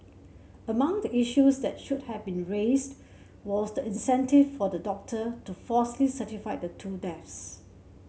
among the issues that should have been raised was the incentive for the doctor to falsely certify the two deaths